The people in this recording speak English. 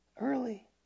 early